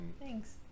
thanks